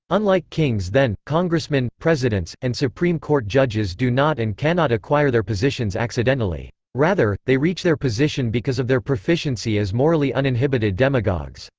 unlike kings then, congressmen, presidents, and supreme court judges do not and cannot acquire their positions accidentally. rather, they reach their position because of their proficiency as morally uninhibited demagogues.